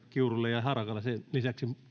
kiurulle ja harakalle sen lisäksi